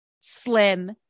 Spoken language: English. slim